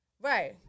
right